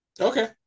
Okay